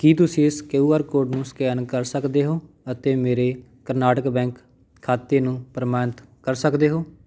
ਕੀ ਤੁਸੀਂਂ ਇਸ Q R code ਨੂੰ ਸਕੈਨ ਕਰ ਸਕਦੇ ਹੋ ਅਤੇ ਮੇਰੇ ਕਰਨਾਟਕ ਬੈਂਕ ਖਾਤੇ ਨੂੰ ਪ੍ਰਮਾਣਿਤ ਕਰ ਸਕਦੇ ਹੋ